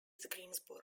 greensburg